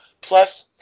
Plus